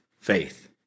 faith